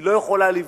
היא לא יכולה לבנות,